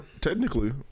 Technically